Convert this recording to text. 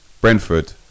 Brentford